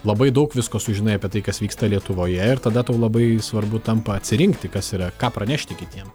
labai daug visko sužinai apie tai kas vyksta lietuvoje ir tada tau labai svarbu tampa atsirinkti kas yra ką pranešti kitiem